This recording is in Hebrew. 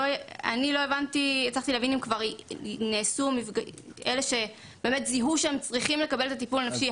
אני לא הצלחתי להבין אם אלה שזיהו שהם צריכים לקבל את הטיפול הנפשי,